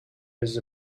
with